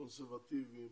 קונסרבטיביים,